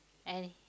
and